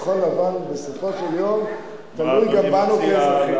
כחול-לבן, בסופו של יום, תלוי גם בנו, כאזרחים.